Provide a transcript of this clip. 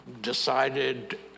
decided